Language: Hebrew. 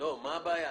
--- מה הבעיה?